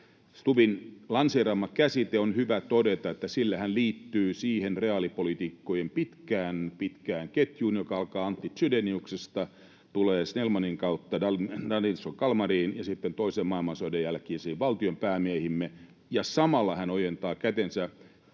Stubbin lanseeraama käsite, minusta on hyvä todeta, että sillä hän liittyy siihen reaalipoliitikkojen pitkään, pitkään ketjuun, joka alkaa Antti Chydeniuksesta ja tulee Snellmanin kautta Danielson-Kalmariin ja sitten toisen maailmansodan jälkeisiin valtionpäämiehiimme, ja samalla hän ojentaa kätensä